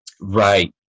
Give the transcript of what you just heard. Right